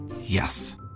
Yes